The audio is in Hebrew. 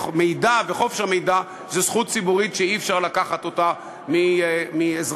ומידע וחופש המידע זו זכות ציבורית שאי-אפשר לקחת אותה מאזרחים.